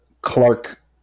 Clark